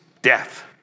Death